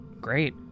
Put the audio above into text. great